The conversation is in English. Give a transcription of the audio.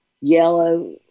Yellow